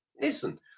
listen